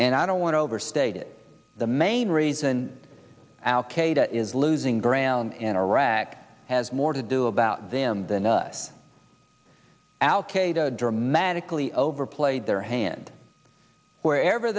and i don't want to overstate it the main reason al qaeda is losing ground in iraq has more to do about them than us out dramatically overplayed their hand wherever